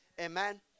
Amen